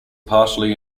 partially